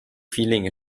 feeling